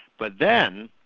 but then,